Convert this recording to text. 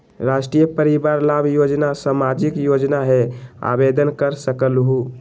राष्ट्रीय परिवार लाभ योजना सामाजिक योजना है आवेदन कर सकलहु?